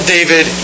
David